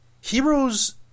Heroes